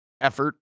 effort